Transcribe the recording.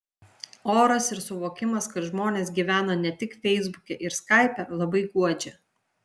oras ir suvokimas kad žmonės gyvena ne tik feisbuke ir skaipe labai guodžia